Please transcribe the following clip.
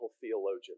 theologian